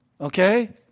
okay